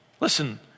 Listen